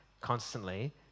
constantly